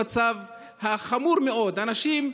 במצב החמור מאוד של אנשים,